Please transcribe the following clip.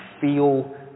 feel